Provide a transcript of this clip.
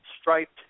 striped